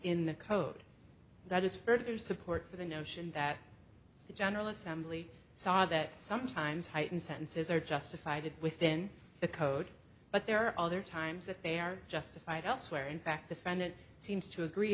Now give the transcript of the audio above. in the code that is further support for the notion that the general assembly saw that sometimes heightened sentences are justified within the code but there are other times that they are justified elsewhere in fact the friend it seems to agree